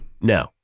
No